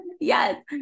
Yes